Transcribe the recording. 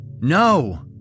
NO